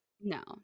no